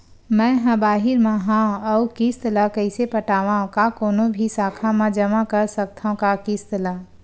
मैं हा बाहिर मा हाव आऊ किस्त ला कइसे पटावव, का कोनो भी शाखा मा जमा कर सकथव का किस्त ला?